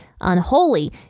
unholy